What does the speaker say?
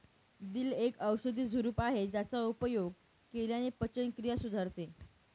दिल एक औषधी झुडूप आहे ज्याचा उपयोग केल्याने पचनक्रिया सुधारते